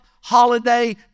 holiday